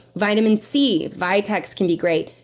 vitamin c, vitex, can be great.